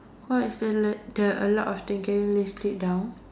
what is the l~ the a lot of thing can you list it down